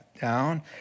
down